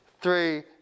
three